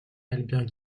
albert